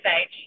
age